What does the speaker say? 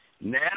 Now